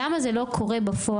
למה זה לא קורה בפועל?